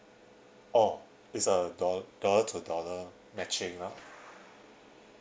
oh it's a dol~ dollar to dollar matching ah